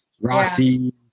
Roxy